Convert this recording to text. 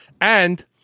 and-